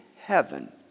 heaven